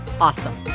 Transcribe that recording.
awesome